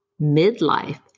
midlife